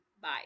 Bye